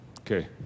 Okay